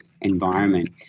environment